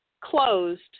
closed